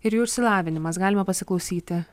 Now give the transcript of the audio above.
ir jų išsilavinimas galime pasiklausyti